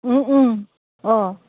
अ